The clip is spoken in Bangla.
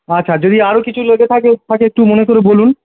আচ্ছা যদি আরো কিছু লেগে থাকে থাকে একটু মনে করে বলুন